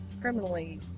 criminally